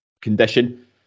condition